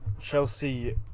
Chelsea